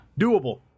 Doable